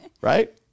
Right